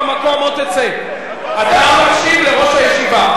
אתה מקשיב לראש הישיבה.